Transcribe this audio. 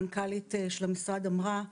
מנכ"לית המשרד אמרה.